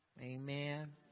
Amen